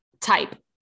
type